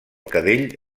cadell